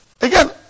Again